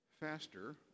faster